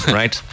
right